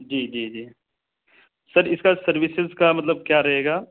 جی جی جی سر اس کا سروسز کا مطلب کیا رہے گا